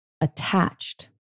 attached